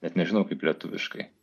net nežinau kaip lietuviškai